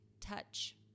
touch